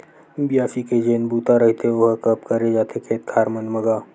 बियासी के जेन बूता रहिथे ओहा कब करे जाथे खेत खार मन म गा?